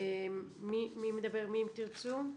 מי מדבר מאם תרצו?